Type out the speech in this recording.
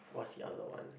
what's the other one